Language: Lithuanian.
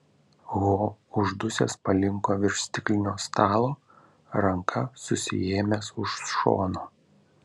ho uždusęs palinko virš stiklinio stalo ranka susiėmęs už šono